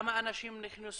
כמה אנשי עסקים ערבים נכנסו